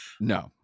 no